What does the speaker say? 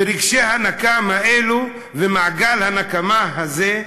ורגשי הנקם האלה ומעגל הנקמה הזה,